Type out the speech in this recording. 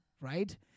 Right